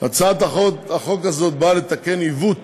הצעת החוק הזאת באה לתקן עיוות